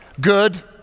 good